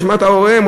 באשמת הוריהם,